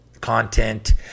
content